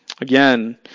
Again